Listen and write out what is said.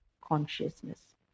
consciousness